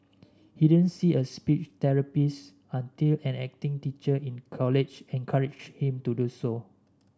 he didn't see a speech therapist until an acting teacher in college encouraged him to do so